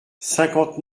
cinquante